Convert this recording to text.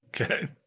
Okay